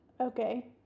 Okay